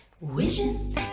Wishing